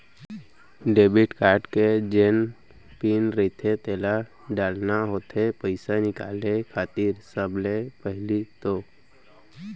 debit card के जेन pin रहिथे तेन ल डालना होथे पइसा निकाले खातिर सबले पहिली तो